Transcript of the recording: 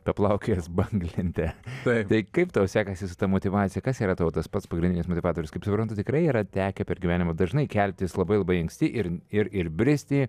paplaukiojęs banglente tai kaip tau sekasi su ta motyvacija kas yra tas pats pagrindinis motyvatorius kaip suprantu tikrai yra tekę per gyvenimą dažnai keltis labai labai anksti ir ir ir bristi